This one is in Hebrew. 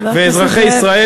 ואזרחי ישראל,